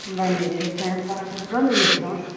बनै छै जेहन बनलो मिलै छै हँ